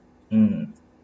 mm